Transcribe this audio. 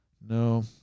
No